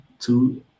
two